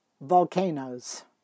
Volcanoes